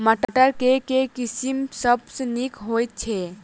मटर केँ के किसिम सबसँ नीक होइ छै?